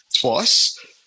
twice